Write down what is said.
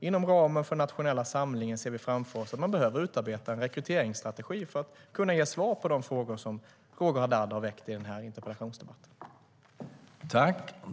Inom ramen för den nationella samlingen ser vi framför oss att man behöver utarbeta en rekryteringsstrategi för att kunna ge svar på de frågor som Roger Haddad har väckt i denna interpellationsdebatt.